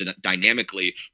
dynamically